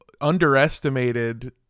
underestimated